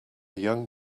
young